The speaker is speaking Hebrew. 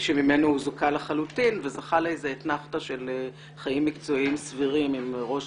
ממנו הוא זוכה לחלוטין וזכה לאתנחתא של חיים מקצועיים סבירים עם ראש